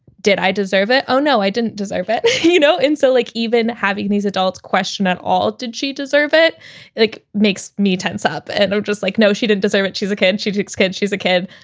did i deserve it? oh no, i didn't deserve it you know, and so like even having these adults question at all, did she deserve it? it like makes me tense up and i'm just like, no, she did deserve it. she's a kid. she takes care. she's a kid.